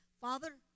Father